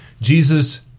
Jesus